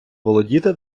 володіти